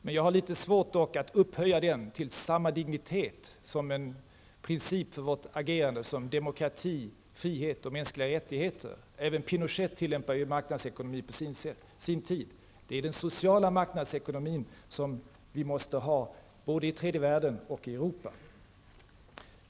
Men jag har litet svårt att upphöja den till samma dignitet som princip för vårt agerande som demokrati, för frihet och mänskliga rättigheter. Även Pinochet tillämpade på sin tid marknadsekonomi. Det är den sociala marknadsekonomin vi måste ha, både i tredje världen och i Europa.